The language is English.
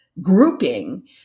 grouping